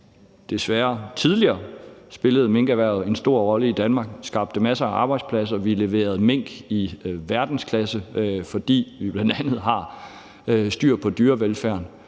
desværre tidligere – spillede en stor rolle i Danmark og skabte masser af arbejdspladser. Vi leverede mink i verdensklasse, fordi vi bl.a. har styr på dyrevelfærden,